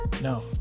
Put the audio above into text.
No